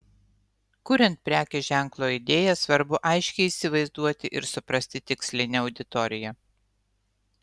kuriant prekės ženklo idėją svarbu aiškiai įsivaizduoti ir suprasti tikslinę auditoriją